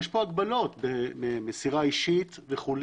יש פה הגבלות, במסירה אישית וכו'.